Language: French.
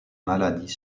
maladies